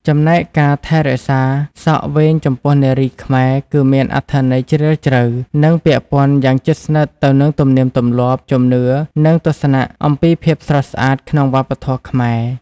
ចំណែកការថែរក្សាសក់វែងចំពោះនារីខ្មែរ គឺមានអត្ថន័យជ្រាលជ្រៅ និងពាក់ព័ន្ធយ៉ាងជិតស្និទ្ធទៅនឹងទំនៀមទម្លាប់ ជំនឿ និងទស្សនៈអំពីភាពស្រស់ស្អាតក្នុងវប្បធម៌ខ្មែរ។